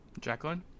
Jacqueline